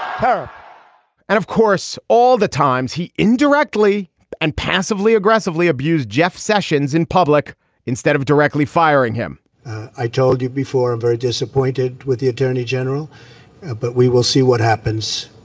her and of course all the times he indirectly and passively aggressively abuse jeff sessions in public instead of directly firing him i told you before i'm very disappointed with the attorney general but we will see what happens.